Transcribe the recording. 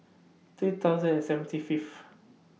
three thousand and seventy Fifth